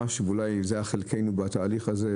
ואולי זה חלקנו בתהליך הזה,